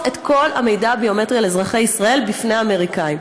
את כל המידע הביומטרי על אזרחי ישראל לפני האמריקנים.